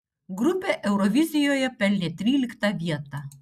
grupė eurovizijoje pelnė tryliktą vietą